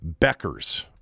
Beckers